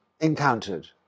encountered